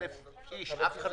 מזה?